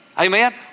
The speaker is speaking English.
Amen